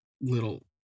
little